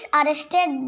arrested